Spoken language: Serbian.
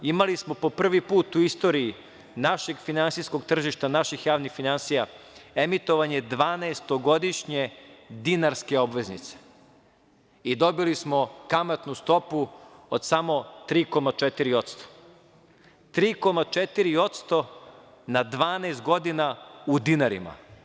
Imali smo po prvi put u istoriji našeg finansijskog tržišta, naših javnih finansija, emitovanje dvanaestogodišnje dinarske obveznice i dobili smo kamatnu stopu od samo 3,4%, 3,4% na 12 godina u dinarima.